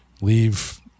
leave